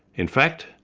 in fact,